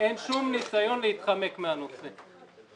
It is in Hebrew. אין שום ניסיון להתחמק מהנושא.